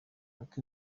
uko